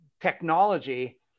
technology